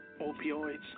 opioids